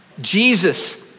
Jesus